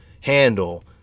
handle